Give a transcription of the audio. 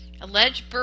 Alleged